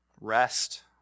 Rest